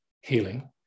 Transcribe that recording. healing